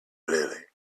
lily